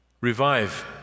Revive